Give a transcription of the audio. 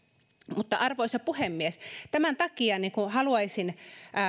arvoisa puhemies tämän takia haluaisin